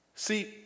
See